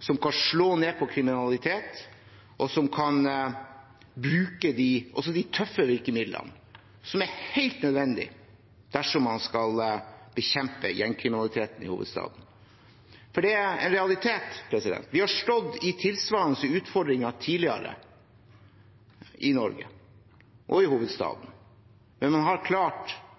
som kan slå ned på kriminalitet, og som kan bruke også de tøffe virkemidlene, som er helt nødvendig dersom man skal bekjempe gjengkriminaliteten i hovedstaden. For det er en realitet. Vi har stått i tilsvarende utfordringer tidligere i Norge og i hovedstaden, men man